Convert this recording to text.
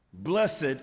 Blessed